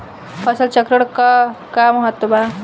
फसल चक्रण क का महत्त्व बा?